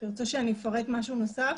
תרצו שאני אפרט משהו נוסף?